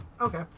Okay